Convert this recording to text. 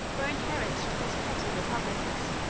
were inherent to these petty republics